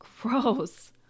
gross